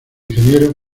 ingeniero